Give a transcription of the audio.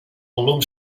volum